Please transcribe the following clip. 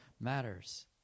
matters